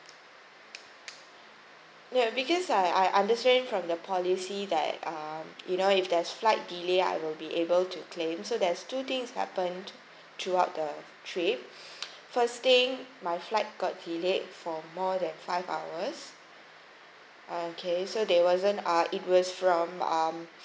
no because I I understand from the policy that uh you know if there's flight delay I will be able to claim so there's two things happened throughout the trip first thing my flight got delayed for more than five hours okay so there wasn't uh it was from uh